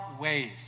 ways